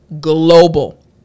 global